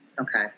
Okay